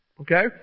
Okay